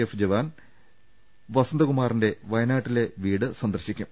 F jawan Vasantha കുമാറിന്റെ വയനാട്ടിലെ വീട് സന്ദർശിക്കും